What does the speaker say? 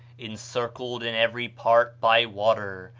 encircled in every part by water,